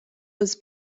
was